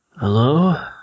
Hello